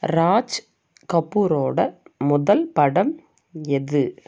ராஜ் கபூரோட முதல் படம் எது